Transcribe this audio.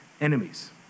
enemies